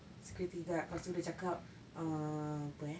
security guard lepas tu dia cakap uh apa eh